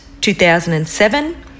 2007